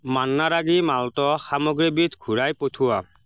Manna ragi malt সামগ্ৰীবিধ ঘূৰাই পঠিওৱা